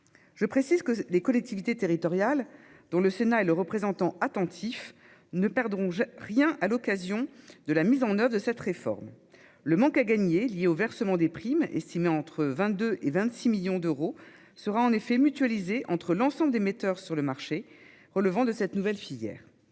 Je précise que les collectivités territoriales, dont le Sénat est le représentant attentif, ne perdront rien à l'occasion de la mise en oeuvre de cette réforme. Le manque à gagner lié au versement des primes, estimé entre 22 et 26 millions d'euros, sera en effet mutualisé entre l'ensemble des metteurs sur le marché relevant de cette nouvelle filière.